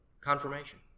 confirmation